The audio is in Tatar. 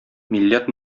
милләт